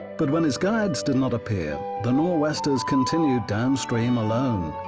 but when his guides did not appear, the nor'westers continued downstream alone,